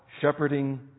shepherding